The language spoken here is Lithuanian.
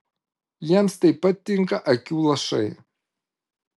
jiems taip pat tinka akių lašai